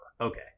Okay